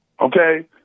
okay